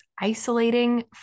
isolating